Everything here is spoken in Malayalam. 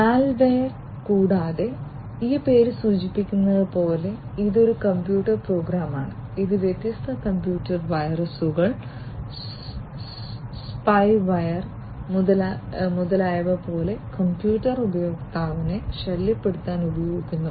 മാൽവെയർ കൂടാതെ ഈ പേര് സൂചിപ്പിക്കുന്നത് പോലെ ഇത് ഒരു കമ്പ്യൂട്ടർ പ്രോഗ്രാമാണ് ഇത് വ്യത്യസ്ത കമ്പ്യൂട്ടർ വൈറസുകൾ സ്പൈവെയർ മുതലായവ പോലെ കമ്പ്യൂട്ടർ ഉപയോക്താവിനെ ശല്യപ്പെടുത്താൻ ഉപയോഗിക്കുന്നു